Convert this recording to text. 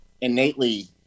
innately